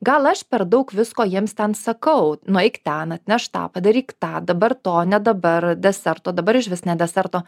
gal aš per daug visko jiems ten sakau nueik ten atnešk tą padaryk tą dabar to ne dabar deserto dabar išvis ne deserto